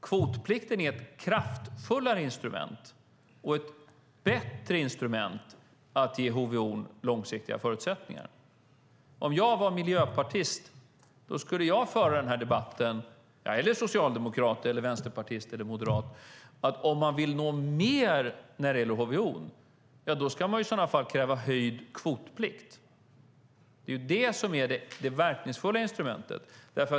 Kvotplikten är ett kraftfullare och bättre instrument för att ge HVO långsiktiga förutsättningar. Om jag var miljöpartist - eller socialdemokrat, vänsterpartist eller moderat - skulle jag föra debatten så här: Om man vill nå mer när det gäller HVO ska man kräva höjd kvotplikt. Det är det verkningsfulla instrumentet.